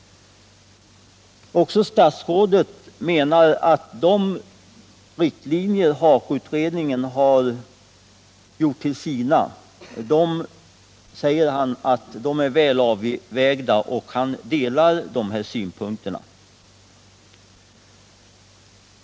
Också statsrådet menar att de riktlinjer HAKO-utredningen har gjort till sina är väl avvägda, och han delar utredningens synpunkter.